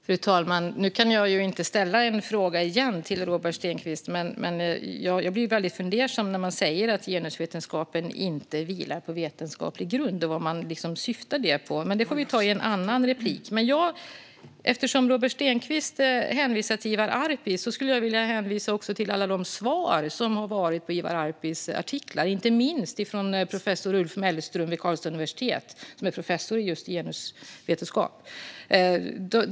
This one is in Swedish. Fru talman! Nu kan jag ju inte ställa en fråga tillbaka till Robert Stenkvist, men jag blir fundersam när han säger att genusvetenskapen inte vilar på vetenskaplig grund. Jag undrar vad det syftar på. Men det får vi ta i ett annat replikskifte. Eftersom Robert Stenkvist hänvisar till Ivar Arpi skulle jag vilja hänvisa till alla svar på Ivar Arpis artiklar, inte minst det från Ulf Mellström vid Karlstads universitet, som är professor i just genusvetenskap.